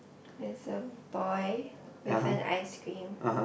it's a boy with an ice cream